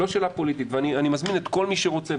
אני מזמין את כל מי שרוצה,